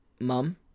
Mum